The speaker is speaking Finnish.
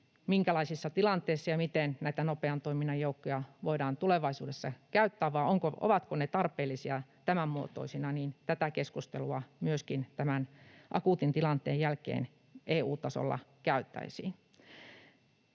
minkälaisissa tilanteissa ja miten näitä nopean toiminnan joukkoja voidaan tulevaisuudessa käyttää vai ovatko ne tarpeellisia tämän muotoisina, tämän akuutin tilanteen jälkeen EU-tasolla käytäisiin.